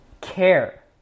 Care